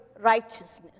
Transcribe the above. righteousness